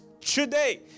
today